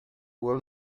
well